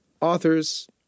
authors